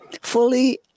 fully